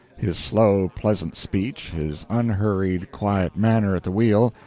his slow, pleasant speech, his unhurried, quiet manner at the wheel,